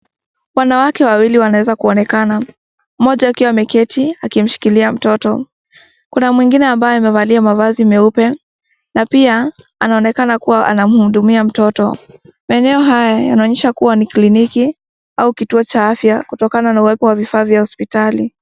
Wanawake wawili wanaweza kuonekana mmoja akiwa ameketi akimshikilia mtoto, kuna mwengine ambaye amevalia mavazi meupe na pia anaonekana kuwa anamhudumia mtoto. Maeneo haya yanaonyesha kuwa ni kliniki au kituo cha agya kutokana na uwepo wa vifaa vya hospitali.